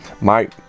Mike